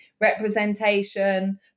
representation